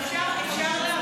אפשר לעבור.